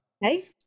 Hey